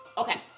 okay